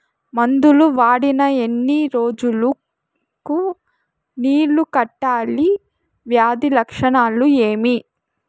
మందులు వాడిన ఎన్ని రోజులు కు నీళ్ళు కట్టాలి, వ్యాధి లక్షణాలు ఏమి?